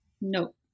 No